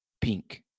pink